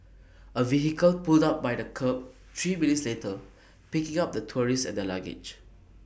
A vehicle pulled up by the kerb three minutes later picking up the tourists and their luggage